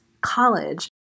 college